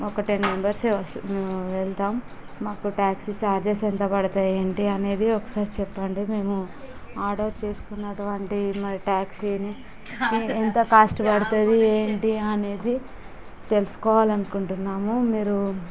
ఒక ten members వస్ మేము వెళ్తాము మాకు టాక్సీ చార్జెస్ ఎంత పడతాయి ఏంటి అనేది ఒకసారి చెప్పండి మేము ఆర్డర్ చేసుకున్నటువంటి టాక్సీకి ఎంత కాస్ట్ పడుతుంది ఏంటి అనేది తెలుసుకోవాలి అనుకుంటున్నాము మీరు